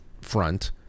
front